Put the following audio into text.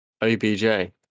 OBJ